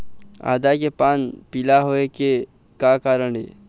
आदा के पान पिला होय के का कारण ये?